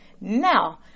now